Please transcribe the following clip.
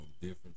Different